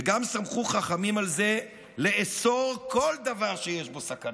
וגם סמכו חכמים על זה לאסור כל דבר שיש בו סכנה".